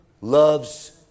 loves